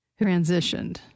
Transitioned